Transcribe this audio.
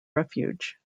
refuge